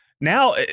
Now